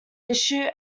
issue